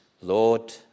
Lord